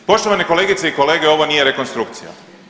Poštovane kolegice i kolege ovo nije rekonstrukcija.